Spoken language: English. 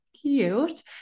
cute